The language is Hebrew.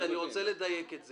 אני רוצה לדייק את זה.